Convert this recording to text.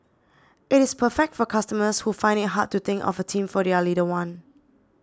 it is perfect for customers who find it hard to think of a theme for their little one